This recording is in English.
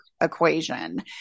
equation